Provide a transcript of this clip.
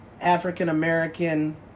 African-American